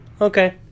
Okay